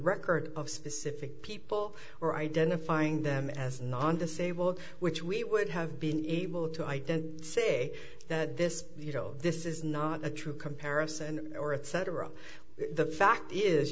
records of specific people or identifying them as non disabled which we would have been able to identify say that this you know this is not a true comparison or etc the fact is